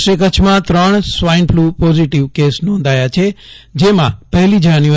આ વર્ષે કચ્છમાં ત્રણ સ્વાઇનફલુ પોઝિટિવના કેસ નોંધાથા જેમાં પહેલી જાન્યુ